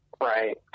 Right